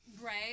Right